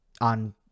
on